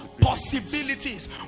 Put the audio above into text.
possibilities